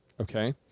Okay